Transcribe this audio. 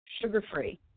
sugar-free